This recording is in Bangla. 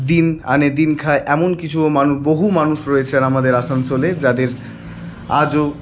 দিন আনে দিন খায় এমন কিছুও মানুষ বহু মানুষ রয়েছে আমাদের আসানসোলে যাদের আজও